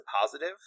positive